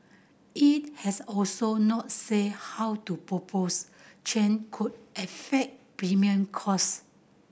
it has also not said how to propose change could affect premium cost